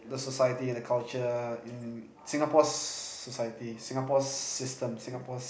the society and the culture in Singapore's society Singapore's system Singapore's